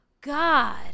god